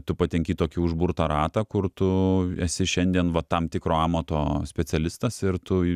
tu patenki į tokį užburtą ratą kur tu esi šiandien va tam tikro amato specialistas ir tu